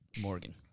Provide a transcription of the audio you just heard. Morgan